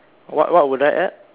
what what would I add